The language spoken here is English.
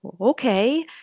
okay